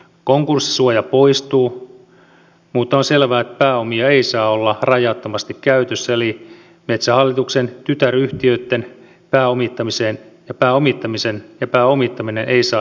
konkurssisuoja poistuu mutta on selvää että pääomia ei saa olla rajattomasti käytössä eli metsähallituksen tytäryhtiöitten pääomittaminen ei saa estää kilpailua